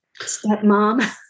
stepmom